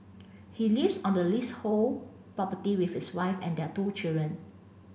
he lives on the leasehold property with his wife and their two children